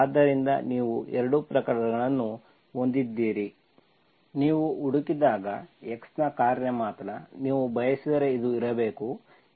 ಆದ್ದರಿಂದ ನೀವು 2 ಪ್ರಕರಣಗಳನ್ನು ಹೊಂದಿದ್ದೀರಿ ನೀವು ಹುಡುಕಿದಾಗ x ನ ಕಾರ್ಯ ಮಾತ್ರ ನೀವು ಬಯಸಿದರೆ ಇದು ಇರಬೇಕು ಇದು x ನ ಕಾರ್ಯವಾಗಿರಬೇಕು